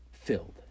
filled